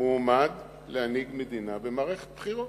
מועמד להנהיג מדינה במערכת בחירות,